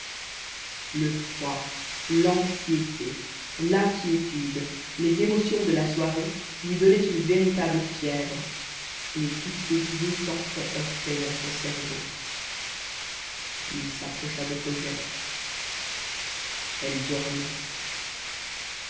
le froid l'anxiété l'inquiétude les émotions de la soirée lui donnaient une véritable fièvre et toutes ces idées sentre heurtaient dans son cerveau il s'approcha de cosette elle dormait